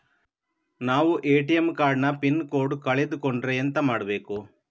ನಾವು ATM card ನ pin code ಕಳೆದು ಕೊಂಡ್ರೆ ಎಂತ ಮಾಡ್ಬೇಕು?